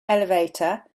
elevator